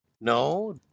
No